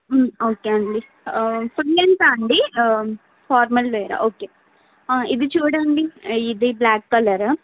okay అండి full లెంతా అండి ఆ ఫార్మల్ వేరా ఓకే ఇది చూడండి ఇది బ్లాక్ కలర్